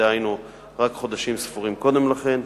דהיינו רק חודשים ספורים קודם לכן.